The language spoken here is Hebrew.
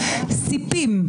ספים,